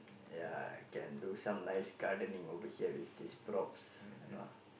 ya I can do some nice gardening over here with these props you know